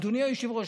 אדוני היושב-ראש,